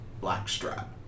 blackstrap